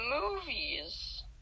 movies